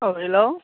औ हेल्ल'